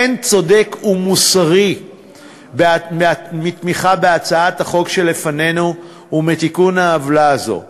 אין צודק ומוסרי מתמיכה בהצעת החוק שלפנינו ומתיקון העוולה הזאת,